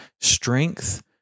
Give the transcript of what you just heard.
strength